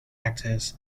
actors